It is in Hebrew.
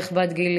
בערך בת גילי,